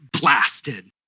blasted